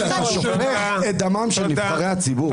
גיל, אתה שופך את דמם של נבחרי הציבור.